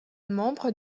membres